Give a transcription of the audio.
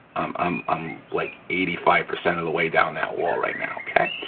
um um i'm like eighty five percent of the way down that wall right now, okay?